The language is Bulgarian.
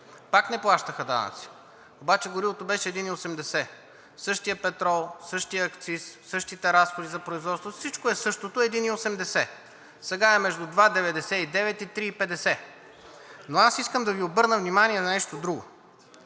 пак не плащаха данъци, обаче горивото беше 1,80 лв. Същият петрол, същият акциз, същите разходи за производство, всичко е същото – 1,80 лв., сега е между 2,99 лв. и 3,50 лв. Но искам да Ви обърна внимание на нещо друго.